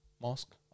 mosque